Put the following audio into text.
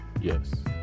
yes